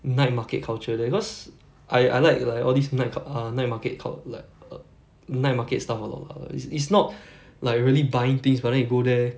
night market culture there cause I I like like all these night c~ ah night market cult~ like err night market stuff a lot lah it's it's not like really buying things but then you go there